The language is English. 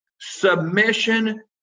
submission